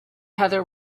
heather